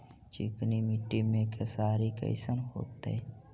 चिकनकी मट्टी मे खेसारी कैसन होतै?